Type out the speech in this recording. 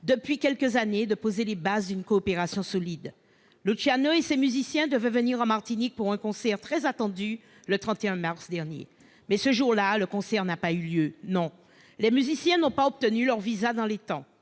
depuis quelques années de poser les bases d'une coopération solide. Luciano et ses musiciens devaient venir en Martinique pour un concert très attendu, le 31 mars dernier. Mais ce jour-là, le concert n'a pas eu lieu : les musiciens n'ont pas obtenu leurs visas dans les temps.